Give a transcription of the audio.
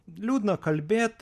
liūdna kalbėt